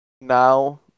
now